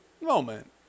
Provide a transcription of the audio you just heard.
moment